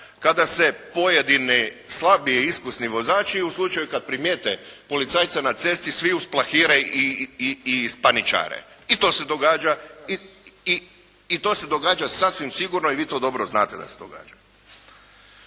kada se pojedini slabije iskusni vozači u slučaju kad primijete policajca na cesti svi usplahire i paničare. I to se događa sasvim sigurno i vi to dobro znate da se događa.